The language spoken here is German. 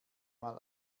mal